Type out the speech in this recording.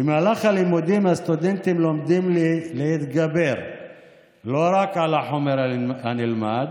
במהלך הלימודים הסטודנטים לומדים להתגבר לא רק על החומר הנלמד